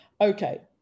Okay